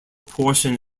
portion